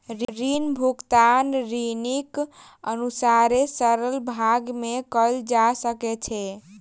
ऋण भुगतान ऋणीक अनुसारे सरल भाग में कयल जा सकै छै